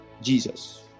Jesus